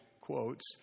quotes